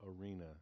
arena